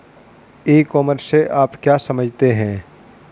ई commerce से आप क्या समझते हैं?